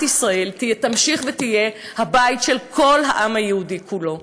ישראל תמשיך ותהיה הבית של כל העם היהודי כולו.